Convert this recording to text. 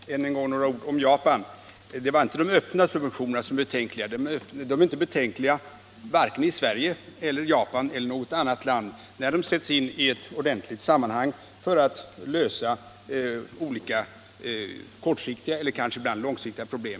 Nr 129 Herr falman! Än en gång några ord om Japan. Det är inte de öppna Torsdagen den subventionerna som är betänkliga. De är inte betänkliga i vare sig Sverige, 12 maj 1977 Japan eller något annat land när de sätts in i ett ordentligt sammanhang för att lösa olika kortsiktiga — eller kanske ibland långsiktiga — problem.